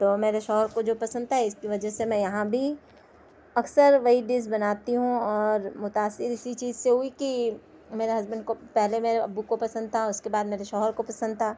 تو میرے شوہر کو جو پسند تھا اس کی وجہ سے میں یہاں بھی اکثر وہی ڈس بناتی ہوں اور متاثر اسی چیز سے ہوئی کہ میرے ہسبینڈ کو پہلے میرے ابو کو پسند تھا اس کے بعد میرے شوہر کو پسند تھا